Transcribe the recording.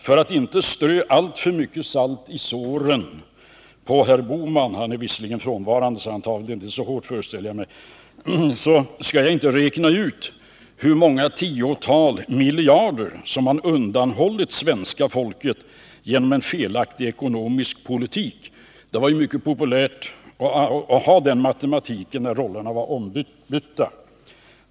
För att inte strö alltför mycket salt i herr Bohmans sår — han är visserligen inte närvarande i kammaren nu, och han tar det inte så hårt, föreställer jag mig — skall jag inte räkna ut hur många tiotal miljarder som man undanhållit svenska folket genom en felaktig ekonomisk politik. Det var ju mycket populärt att använda sig av en sådan matematik, när rollerna var ombytta.